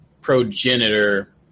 progenitor